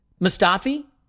mustafi